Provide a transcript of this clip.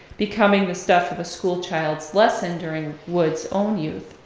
becoming the stuff of a schoolchild's lesson during wood's own youth.